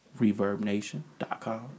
ReverbNation.com